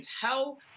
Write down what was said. tell